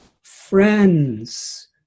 friends